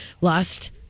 Lost